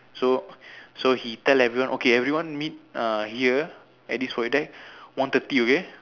so so he tell everyone okay everyone meet uh here at this void deck one thirty okay